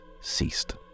ceased